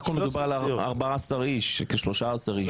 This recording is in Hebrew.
בסך הכול מדובר על 14 איש, 13 איש.